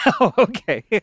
okay